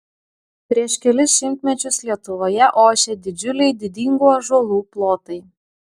prieš kelis šimtmečius lietuvoje ošė didžiuliai didingų ąžuolų plotai